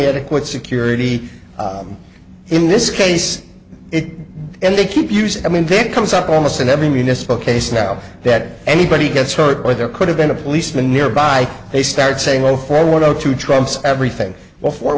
adequate security in this case it and they keep using i mean to comes up almost in every municipal case now that anybody gets hurt or there could have been a policeman nearby they started saying well for one zero two trumps everything all